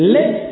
Let